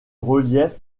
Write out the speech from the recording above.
relief